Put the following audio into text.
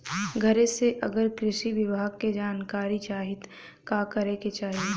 घरे से अगर कृषि विभाग के जानकारी चाहीत का करे के चाही?